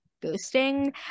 boosting